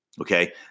Okay